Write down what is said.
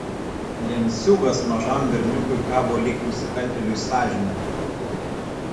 lenciūgas mažam berniukui kabo lyg nusikaltėliui sąžinė po kaklu